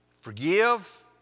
Forgive